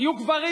תהיו גברים.